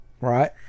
right